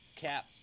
cap